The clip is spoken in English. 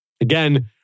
Again